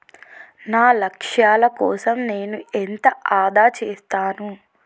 నా లక్ష్యాల కోసం నేను ఎంత ఆదా చేస్తాను?